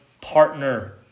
partner